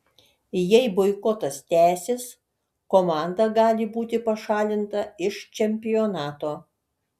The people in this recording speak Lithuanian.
jei boikotas tęsis komanda gali būti pašalinta iš čempionato